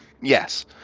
Yes